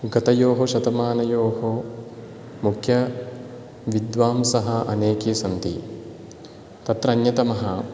गतयोः शतमानयोः मुख्यविद्वांसः अनेके सन्ति तत्र अन्यतमः